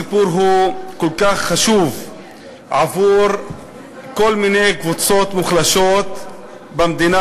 הסיפור הוא כל כך חשוב עבור כל מיני קבוצות מוחלשות במדינה,